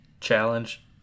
challenge